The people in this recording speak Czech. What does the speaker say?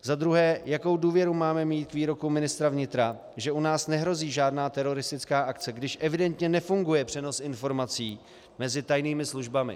Za druhé, jakou důvěru máme mít k výroku ministra vnitra, že u nás nehrozí žádná teroristická akce, když evidentně nefunguje přenos informací mezi tajnými službami.